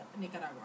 Nicaragua